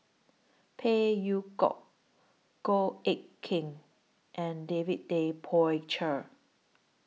Phey Yew Kok Goh Eck Kheng and David Tay Poey Cher